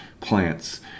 plants